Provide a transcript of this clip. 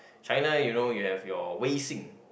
China you know you have your Wei-Xin